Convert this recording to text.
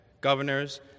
governors